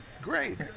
great